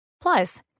Plus